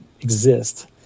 exist